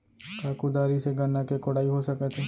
का कुदारी से गन्ना के कोड़ाई हो सकत हे?